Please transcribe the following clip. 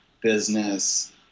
business